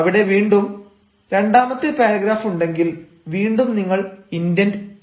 അവിടെ വീണ്ടും രണ്ടാമത്തെ പാരഗ്രാഫ് ഉണ്ടെങ്കിൽ വീണ്ടും നിങ്ങൾ ഇന്റെൻഡ് ചെയ്യേണ്ടതുണ്ട്